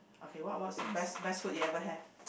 okay what what was the best best food you ever had